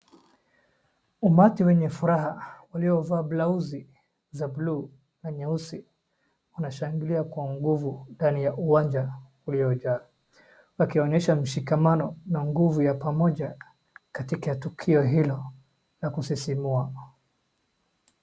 Umati wenye furaha uliovaa blauzi za blue na nyeusi unashangilia kwa nguvu ndani ya uwanja uliojaa. Wakionyesha mshikamano na nguvu ya pamoja katika tukio hilo la kusisimua.